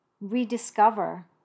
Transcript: rediscover